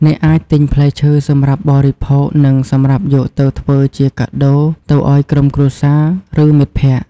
អ្នកអាចទិញផ្លែឈើសម្រាប់បរិភោគនិងសម្រាប់យកទៅធ្វើជាកាដូទៅឱ្យក្រុមគ្រួសារឬមិត្តភក្តិ។